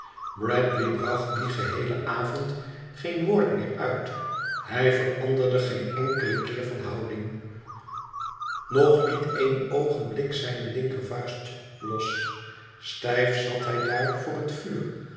bradley bracht diengeheelen avond geen woord meer uit hij veranderde geen enkelen keer van houding noch liet een oogenblik zijne linkervuist los stijf zat hij daar voor het vuur